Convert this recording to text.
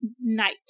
night